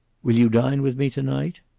will you dine with me to-night?